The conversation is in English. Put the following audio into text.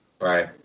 right